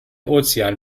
ozean